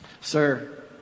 Sir